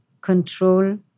control